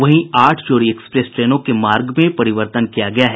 वहीं आठ जोड़ी एक्सप्रेस ट्रेनों के मार्ग में परिवर्तन किया गया है